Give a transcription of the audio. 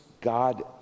God